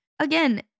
again